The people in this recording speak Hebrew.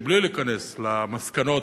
בלי להיכנס למסקנות,